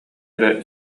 эрэ